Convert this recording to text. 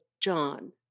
John